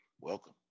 Welcome